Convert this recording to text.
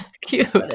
cute